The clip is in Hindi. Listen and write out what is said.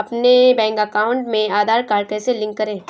अपने बैंक अकाउंट में आधार कार्ड कैसे लिंक करें?